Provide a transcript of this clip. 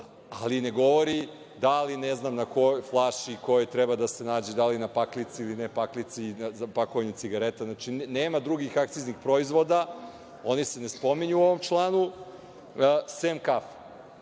ali ne govori na kojoj flaši treba da se nađe, da li na paklici ili ne paklici, pakovanju cigareta. Dakle, nema drugih akciznih proizvoda, oni se ne spominju u ovom članu, sem